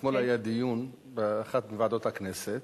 אתמול היה דיון באחת מוועדות הכנסת